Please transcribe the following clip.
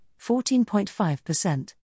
14.5%